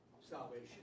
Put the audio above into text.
salvation